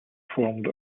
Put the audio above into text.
formed